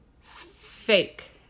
Fake